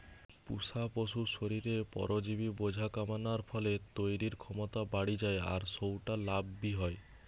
পুশা পশুর শরীরে পরজীবি বোঝা কমানার ফলে তইরির ক্ষমতা বাড়ি যায় আর সউটা লাভ বি হয়